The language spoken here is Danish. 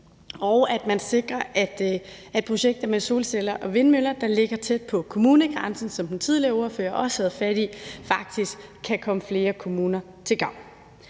og at man sikrer, at projekter med solceller og vindmøller, der ligger tæt på kommunegrænsen, hvilket den tidligere ordfører også havde fat i, faktisk kan komme flere kommuner til gavn.